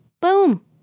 boom